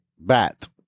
Bat